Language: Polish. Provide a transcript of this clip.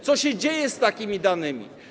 Co się dzieje z takimi danymi?